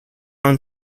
found